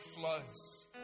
flows